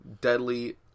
deadly